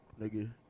nigga